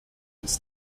this